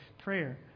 prayer